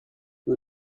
you